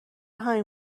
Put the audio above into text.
همین